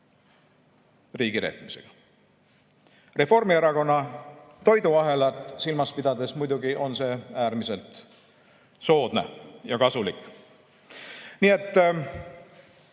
riigireetmisega. Reformierakonna toiduahelat silmas pidades on see muidugi äärmiselt soodne ja kasulik.